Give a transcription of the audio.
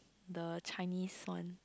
the Chinese one